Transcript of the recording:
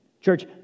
Church